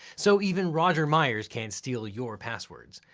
so even roger myers can't steal your passwords.